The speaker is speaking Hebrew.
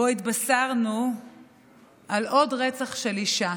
שבו התבשרנו על עוד רצח של אישה,